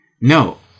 No